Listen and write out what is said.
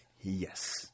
yes